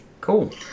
cool